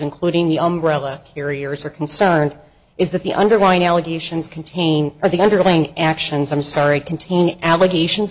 including the umbrella here years are concerned is that the underlying allegations contain or the underlying actions i'm sorry contain allegations